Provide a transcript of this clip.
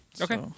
Okay